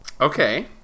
Okay